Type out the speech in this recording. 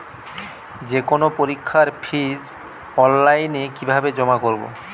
যে কোনো পরীক্ষার ফিস অনলাইনে কিভাবে জমা করব?